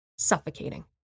suffocating